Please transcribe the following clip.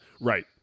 Right